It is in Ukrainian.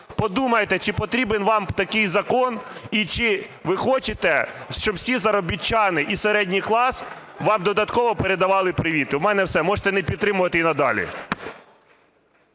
Подумайте, чи потрібен вам такий закон і чи ви хочете, щоб всі заробітчани і середній клас вам додатково передавали привіти. У мене все. Можете не підтримувати і надалі.